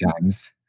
times